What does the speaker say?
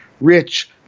rich